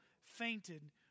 fainted